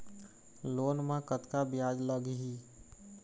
Loan म कतका ब्याज लगही?